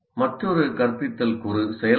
மற்றொரு கற்பித்தல் கூறு 'செயல்படுத்துதல்